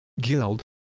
guild